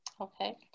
Okay